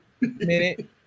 minute